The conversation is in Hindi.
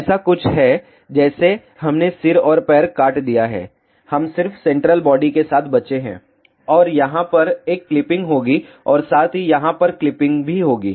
ऐसा कुछ है जैसे हमने सिर और पैर को काट दिया है हम सिर्फ सेंट्रल बॉडी के साथ बचे हैं और यहाँ पर एक क्लिपिंग होगी और साथ ही यहाँ पर क्लिपिंग भी होगी